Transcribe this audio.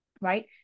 right